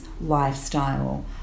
lifestyle